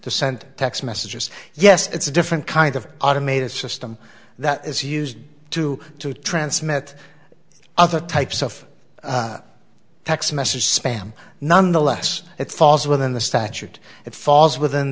sent text messages yes it's a different kind of automated system that is used to to transmit other types of text message spam nonetheless it falls within the statute it falls within